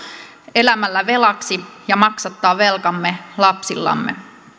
elämällä velaksi ja maksattaa velkamme lapsillamme